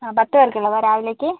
പത്ത് പേർക്കുള്ളതോ രാവിലേക്ക്